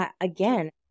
Again